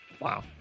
wow